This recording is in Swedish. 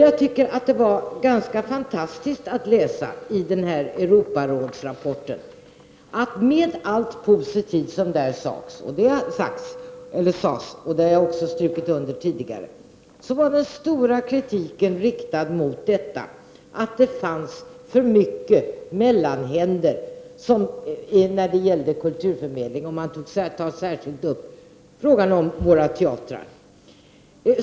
Jag tyckte att det var ganska fantastiskt att den stora kritiken i Europarådsrapporten, trots allt positivt som där också sägs — det har jag tidigare understrykit — gällde att det fanns för mycket mellanhänder när det gäller kulturförmedling; man tar särskilt upp frågan om våra teatrar.